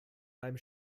beim